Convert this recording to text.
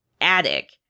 attic